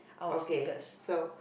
okay so